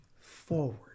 forward